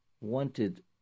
Wanted